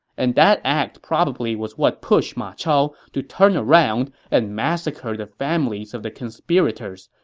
and that act probably was what pushed ma chao to turn around and massacre the families of the conspirators,